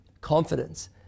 confidence